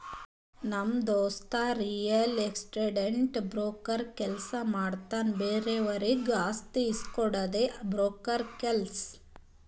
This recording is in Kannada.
ನಮ್ ದೋಸ್ತ ರಿಯಲ್ ಎಸ್ಟೇಟ್ ಬ್ರೋಕರ್ ಕೆಲ್ಸ ಮಾಡ್ತಾನ್ ಬೇರೆವರಿಗ್ ಆಸ್ತಿ ಇಸ್ಕೊಡ್ಡದೆ ಬ್ರೋಕರ್ ಕೆಲ್ಸ